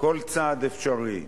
כל צעד אפשרי,